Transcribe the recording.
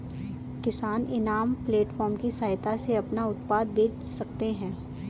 किसान इनाम प्लेटफार्म की सहायता से अपना उत्पाद बेच सकते है